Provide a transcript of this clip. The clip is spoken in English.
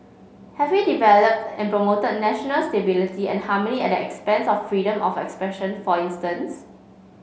have we developed and promoted national stability and harmony at the expense of freedom of expression for instance